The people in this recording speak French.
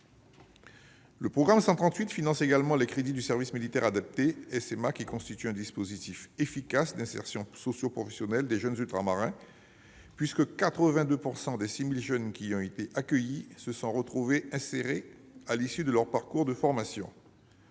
Le programme 138 finance également les crédits du service militaire adapté (SMA), qui constitue un dispositif efficace d'insertion socioprofessionnelle des jeunes ultramarins, puisque 82 % des 6 000 jeunes qui y ont été accueillis se sont retrouvés insérés à l'issue de leur parcours de formation.